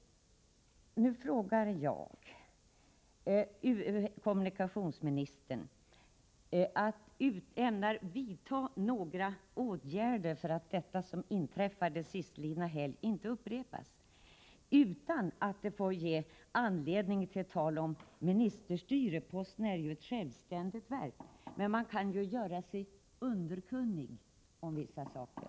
Jag vill således fråga kommunikationsministern: Ämnar kommunikationsministern vidta några åtgärder för att det som inträffade sistlidna storhelg inte upprepas, dock utan att det får föranleda något tal om ministerstyre — posten är ju ett självständigt verk? Man kan ju göra sig underkunnig om vissa saker.